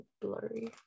blurry